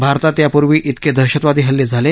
भारतात या पूर्वी विके दहशतवादी हल्ले झाले